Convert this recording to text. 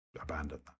abandoned